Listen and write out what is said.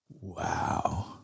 Wow